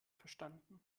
verstanden